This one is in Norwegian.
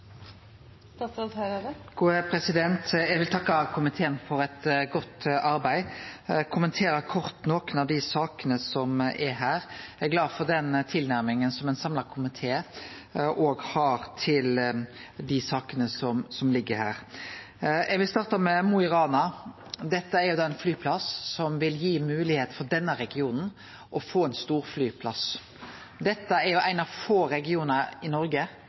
Eg er glad for den tilnærminga som ein samla komité òg har til dei sakene som ligg her. Eg vil starte med Mo i Rana. Dette er ein flyplass som vil gi denne regionen moglegheit til å få ein storflyplass. Dette er ein av få regionar i Noreg